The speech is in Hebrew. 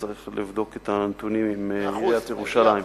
צריך לבדוק את הנתונים עם עיריית ירושלים.